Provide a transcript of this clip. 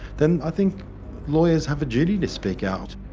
then i think lawyers have a duty to speak out.